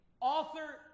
author